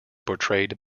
portrayed